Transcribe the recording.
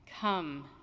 Come